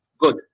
Good